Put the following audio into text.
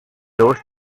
those